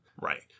Right